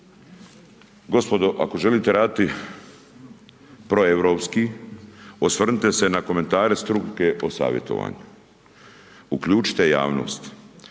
Gospodo ako želite rediti proeuropski osvrnite se na komentare struke o savjetovanju. Uključite javnost